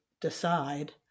decide